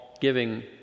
giving